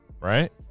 right